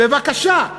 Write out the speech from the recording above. בבקשה,